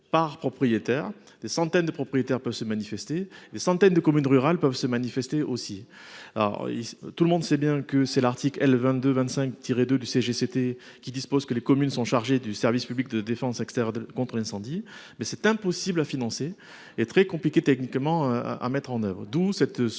par propriétaire. Des centaines de propriétaires peuvent se manifester, et des centaines de communes rurales sont concernées. Certes, l'article L. 2225-2 du CGCT dispose que les communes sont « chargées du service public de défense extérieure contre l'incendie », mais c'est impossible à financer et très compliqué techniquement à mettre en oeuvre. D'où cette solution